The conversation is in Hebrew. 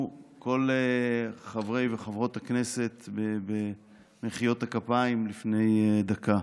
כל חברי וחברות הכנסת במחיאות הכפיים לפני דקה.